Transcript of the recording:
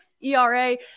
ERA